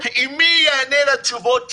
מי יענה לתשובות שלנו?